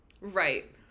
right